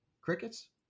crickets